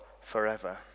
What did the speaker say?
forever